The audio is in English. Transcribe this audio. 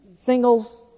Singles